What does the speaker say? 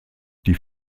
die